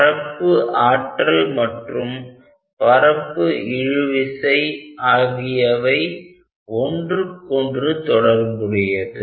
பரப்பு ஆற்றல் மற்றும் பரப்பு இழுவிசை ஆகியவை ஒன்றுக்கொன்று தொடர்புடையது